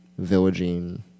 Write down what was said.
villaging